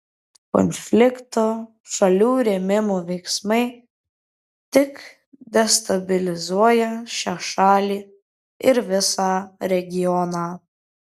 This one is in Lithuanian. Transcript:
konflikto šalių rėmimo veiksmai tik destabilizuoja šią šalį ir visą regioną